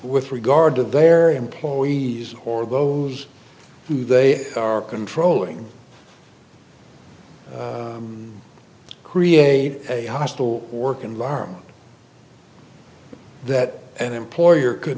with regard to their employees or who they are controlling create a hostile work environment that an employer could